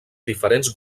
diferents